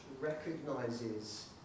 recognizes